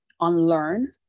unlearn